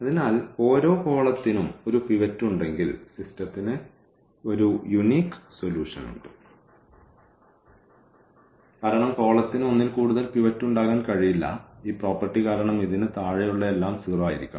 അതിനാൽ ഓരോ കോളത്തിനും ഒരു പിവറ്റ് ഉണ്ടെങ്കിൽ സിസ്റ്റത്തിന് ഒരു യൂനിക് സൊല്യൂഷനുണ്ട് കാരണം കോളത്തിനു ഒന്നിൽ കൂടുതൽ പിവറ്റ് ഉണ്ടാകാൻ കഴിയില്ല ഈ പ്രോപ്പർട്ടി കാരണം ഇതിന് താഴെയുള്ള എല്ലാം 0 ആയിരിക്കണം